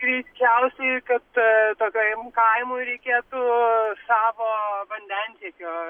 greičiausiai kad tokiojem kaimui reikėtų savo vandentiekio